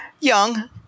young